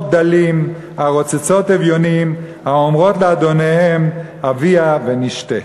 דלים הרֹצצות אביונים האֹמרֹת לאדֹניהם הביאה ונשתה".